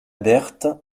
berthe